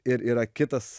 ir yra kitas